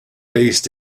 based